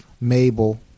Mabel